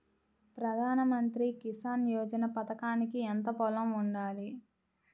ప్రధాన మంత్రి కిసాన్ యోజన పథకానికి ఎంత పొలం ఉండాలి?